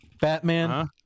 Batman